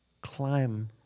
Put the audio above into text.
climb